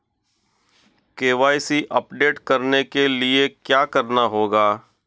KYC update करने के लिए क्या करना होगा?